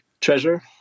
treasure